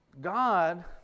God